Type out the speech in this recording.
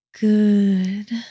Good